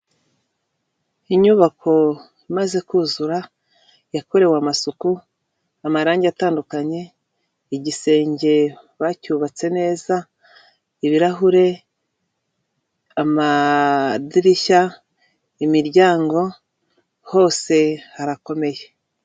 Inyubako imaze kuzura, yakorewe amasuku, amarangi atandukanye, igisenge bacyubatse neza, ibirahure, amadirishya, imiryango hose harakomeye.